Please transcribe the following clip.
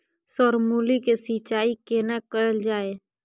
Sir मूली के सिंचाई केना कैल जाए?